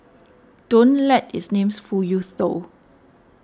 don't let its name fool you though